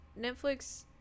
Netflix